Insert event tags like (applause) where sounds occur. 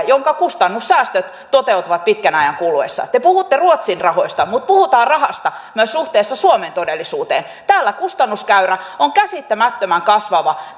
(unintelligible) jonka kustannussäästöt toteutuvat pitkän ajan kuluessa te puhutte ruotsin rahoista mutta puhutaan rahasta myös suhteessa suomen todellisuuteen täällä kustannuskäyrä on käsittämättömän kasvava (unintelligible)